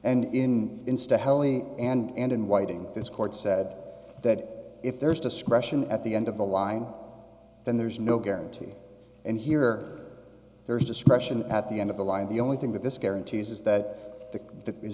helli and in whiting this court said that if there is discretion at the end of the line up then there's no guarantee and here there is discretion at the end of the line the only thing that this guarantees is that